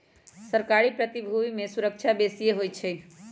सरकारी प्रतिभूति में सूरक्षा बेशिए होइ छइ